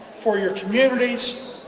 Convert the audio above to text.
for your communities,